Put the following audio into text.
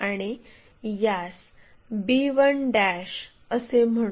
आणि यास b1 असे म्हणू